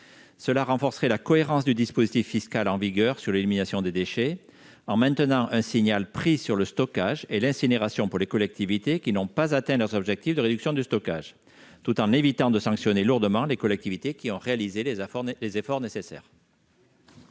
mesure renforcerait la cohérence du dispositif fiscal en vigueur en ce qui concerne l'élimination des déchets, en maintenant un signal-prix sur le stockage et l'incinération pour les collectivités qui n'ont pas atteint leurs objectifs de réduction du stockage, tout en évitant de sanctionner lourdement les collectivités qui ont réalisé les efforts nécessaires.